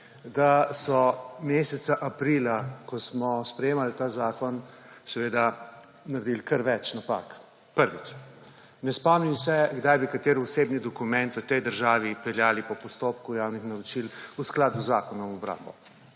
da so meseca aprila, ko smo sprejemali ta zakon, seveda naredili kar več napak. Prvič. Ne spomnim se, kdaj bi kateri osebni dokument v tej državi peljali po postopku javnih naročil v skladu z zakonom /